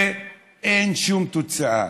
ואין שום תוצאה.